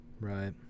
Right